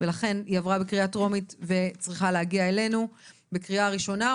ולכן היא עברה בקריאה טרומית והיא צריכה להגיע אלינו בקריאה לראשונה.